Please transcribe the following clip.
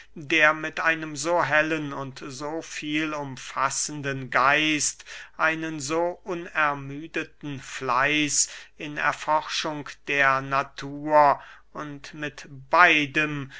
der mit einem so hellen und so viel umfassenden geist einen so unermüdeten fleiß in erforschung der natur und mit beidem